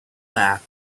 laughed